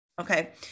okay